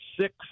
six